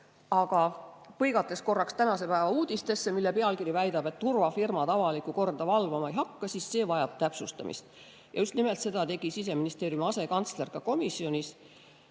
põikan korraks ühe tänase päeva uudise juurde, mille pealkiri väidab, et turvafirmad avalikku korda valvama ei hakka. See vajab täpsustamist. Ja just nimelt seda tegi Siseministeeriumi asekantsler ka komisjonis.